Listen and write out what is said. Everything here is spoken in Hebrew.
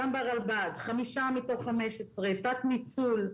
גם ברלב"ד - 5 מתוך 15. תת ניצול.